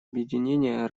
объединения